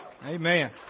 Amen